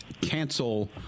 cancel